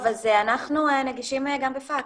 אנחנו נגישים גם בפקס.